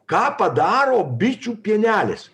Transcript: ką padaro bičių pienelis